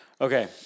Okay